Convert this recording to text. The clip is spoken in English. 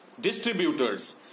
distributors